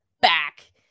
back